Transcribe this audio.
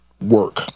work